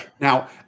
Now